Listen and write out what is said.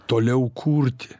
toliau kurti